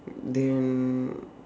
then